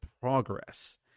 progress